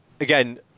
again